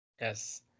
yes